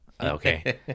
Okay